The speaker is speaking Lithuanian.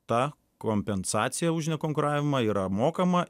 ta kompensacija už nekonkuravimą yra mokama